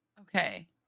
okay